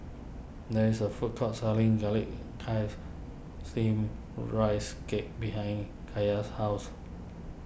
there is a food court selling Garlic Chives Steamed Rice Cake behind Kaiya's house